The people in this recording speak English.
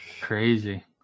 Crazy